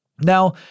Now